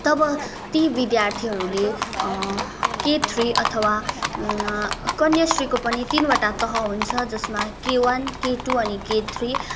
तब ती विद्यार्थीहरूले के थ्री अथवा कन्याश्रीको पनि तिनवटा तह हुन्छ जसमा के वान के टु अनि के थ्री